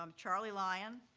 um charlie lyon,